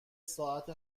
ساعت